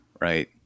right